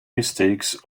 mistakes